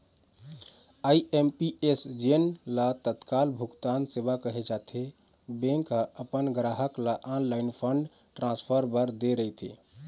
IMPS जेन ल तत्काल भुगतान सेवा कहे जाथे, बैंक ह अपन गराहक ल ऑनलाईन फंड ट्रांसफर बर दे रहिथे